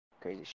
Crazy